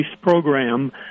program